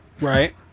Right